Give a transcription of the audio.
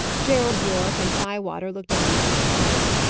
gerald yorke and bywater looked on with surprise.